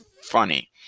funny